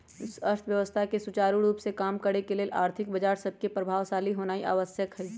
अर्थव्यवस्था के सुचारू रूप से काम करे के लेल आर्थिक बजार सभके प्रभावशाली होनाइ आवश्यक हइ